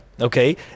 okay